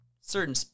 certain